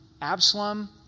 Absalom